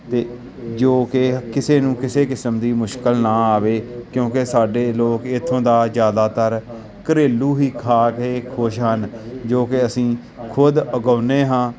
ਅਤੇ ਜੋ ਕਿ ਕਿਸੇ ਨੂੰ ਕਿਸੇ ਕਿਸਮ ਦੀ ਮੁਸ਼ਕਿਲ ਨਾ ਆਵੇ ਕਿਉਂਕਿ ਸਾਡੇ ਲੋਕ ਇਥੋਂ ਦਾ ਜ਼ਿਆਦਾਤਰ ਘਰੇਲੂ ਹੀ ਖਾ ਕੇ ਖੁਸ਼ ਹਨ ਜੋ ਕਿ ਅਸੀਂ ਖੁਦ ਉਗਾਉਂਦੇ ਹਾਂ